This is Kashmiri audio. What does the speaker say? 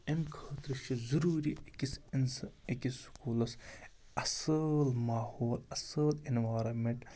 اَمہِ خٲطرٕ چھِ ضٔروٗری أکِس اِنسان أکِس سکوٗلَس اَصٕل ماحول اَصٕل اِنوارَمٮ۪نٛٹ